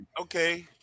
okay